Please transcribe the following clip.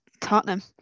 Tottenham